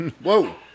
Whoa